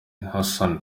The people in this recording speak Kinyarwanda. hassan